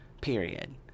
period